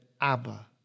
Abba